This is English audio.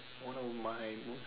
one of my